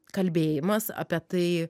kalbėjimas apie tai